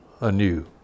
anew